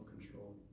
control